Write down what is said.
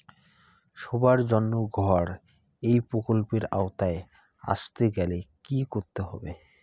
সবার জন্য ঘর এই প্রকল্পের আওতায় আসতে গেলে কি করতে হবে?